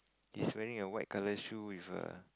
he's wearing a white colour shoe with a